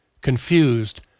confused